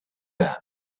that